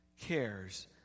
cares